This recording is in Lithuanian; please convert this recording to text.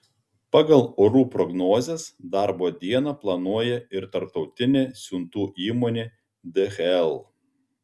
pagal orų prognozes darbo dieną planuoja ir tarptautinė siuntų įmonė dhl